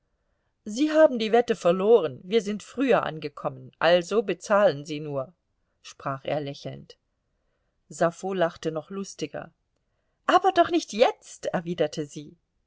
sie haben die wette verloren wir sind früher angekommen also bezahlen sie nur sprach er lächelnd sappho lachte noch lustiger aber doch nicht jetzt erwiderte sie